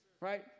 right